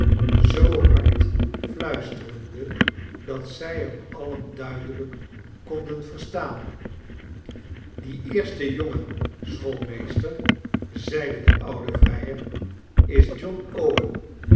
zoo hard fluisterende dat zij hem alien duidelijk konden verstaan die eerste jongen schoolmeester zeide de oude vrijer is john owen